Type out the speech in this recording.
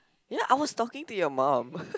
ya I was talking to your mum